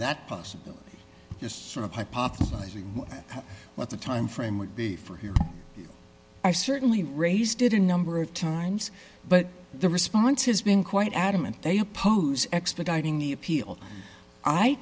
that possible just sort of hypothesizing what the timeframe would be for here i certainly raised it in number of times but the response has been quite adamant they oppose expediting the appeal i